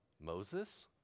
Moses